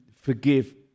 forgive